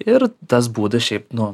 ir tas būdas šiaip nu